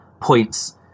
points